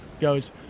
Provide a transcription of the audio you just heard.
goes